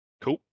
Cool